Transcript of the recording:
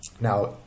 Now